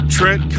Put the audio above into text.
Trent